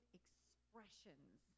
expressions